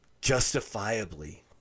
justifiably